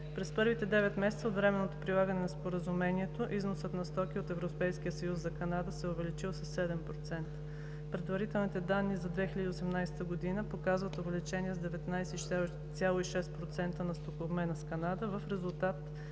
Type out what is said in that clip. През първите девет месеца от временното прилагане на Споразумението износът на стоки от Европейския съюз за Канада се е увеличил със 7%. Предварителните данни за 2018 г. показват увеличение с 19,6% на стокообмена с Канада в резултат